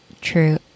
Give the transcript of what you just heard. true